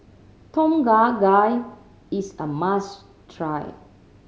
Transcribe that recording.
Tom Kha Gai is a must try